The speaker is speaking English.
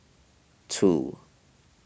two